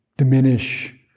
diminish